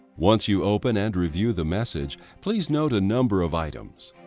once you open and review the message please note a number of items.